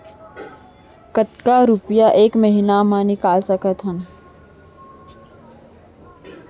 कतका रुपिया एक महीना म निकाल सकथव?